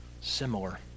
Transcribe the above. similar